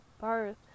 birth